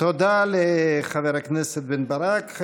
תודה לחבר הכנסת בן-ברק.